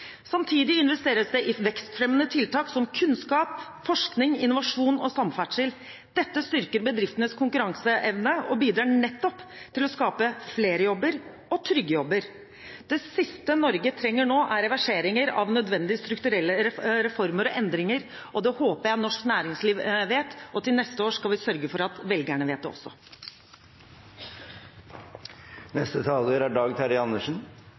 Samtidig investeres det i vekstfremmende tiltak, som kunnskap, forskning, innovasjon og samferdsel. Dette styrker bedriftenes konkurranseevne og bidrar nettopp til å skape flere og trygge jobber. Det siste Norge trenger nå, er reverseringer av nødvendige strukturelle reformer og endringer, og det håper jeg norsk næringsliv vet, og til neste år skal vi sørge for at velgerne vet det også. Det har vært interessant å følge både trontalen og debatten her i dag.